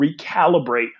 recalibrate